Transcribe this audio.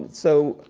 so,